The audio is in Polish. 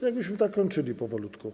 Jakbyśmy tak kończyli powolutku?